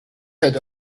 had